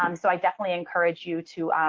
um so i definitely encourage you to